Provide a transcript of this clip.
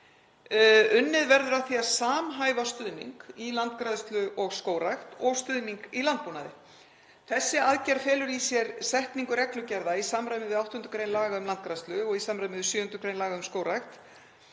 Unnið verður að því að samhæfa stuðning í landgræðslu og skógrækt og stuðning í landbúnaði. Þessi aðgerð felur í sér setningu reglugerða í samræmi við 8. gr. laga um landgræðslu og 7. gr. laga um skóga